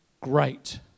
great